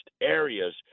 areas